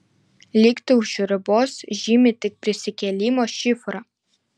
likti už ribos žymi tik prisikėlimo šifrą